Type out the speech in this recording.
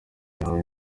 yahawe